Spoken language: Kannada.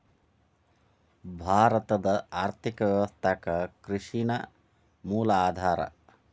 ಭಾರತದ್ ಆರ್ಥಿಕ ವ್ಯವಸ್ಥಾಕ್ಕ ಕೃಷಿ ನ ಮೂಲ ಆಧಾರಾ